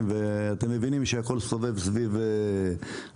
אתם מבינים שהכול סובב סביב התעבורה.